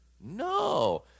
no